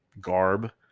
garb